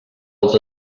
els